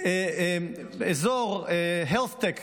אזורhealth-tech נהריה,